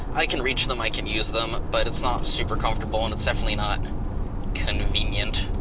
i can reach them, i can use them, but it's not super comfortable and it's definitely not convenient.